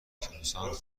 کروسانت